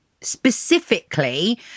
Specifically